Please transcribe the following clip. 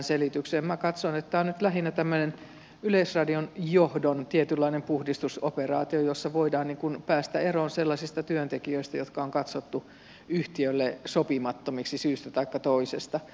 minä katson että tämä on nyt lähinnä tämmöinen yleisradion johdon tietynlainen puhdistusoperaatio jossa voidaan päästä eroon sellaisista työntekijöistä jotka on katsottu yhtiölle sopimattomiksi syystä taikka toisesta